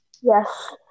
Yes